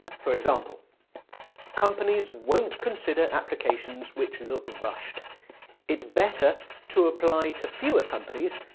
for example companies won't consider applications which look rushed it's better to apply to fewer companies,